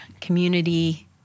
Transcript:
community